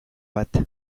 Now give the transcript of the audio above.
bat